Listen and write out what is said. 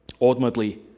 Ultimately